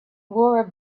wore